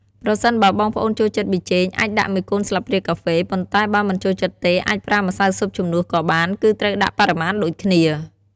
ប្រសិនបើបងប្អូនចូលចិត្តប៊ីចេង អាចដាក់១កូនស្លាបព្រាកាហ្វេ ប៉ុន្តែបើមិនចូលចិត្តទេ អាចប្រើម្សៅស៊ុបជំនួសក៏បាន គឺត្រូវដាក់បរិមាណដូចគ្នា។